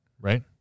Right